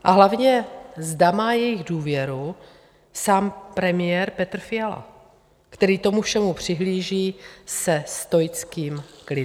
A hlavně, zda má jejich důvěru sám premiér Petr Fiala, který tomu všemu přihlíží se stoickým klidem.